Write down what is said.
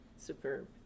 Superb